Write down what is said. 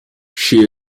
she